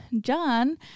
John